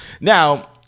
Now